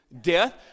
death